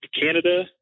Canada